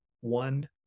one